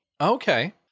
Okay